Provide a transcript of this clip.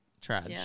trash